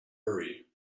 hurry